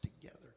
together